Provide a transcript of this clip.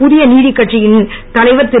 புதிய நீதிகட்சியின் தலைவர் திரு